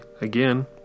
again